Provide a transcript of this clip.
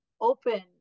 open